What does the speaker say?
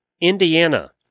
Indiana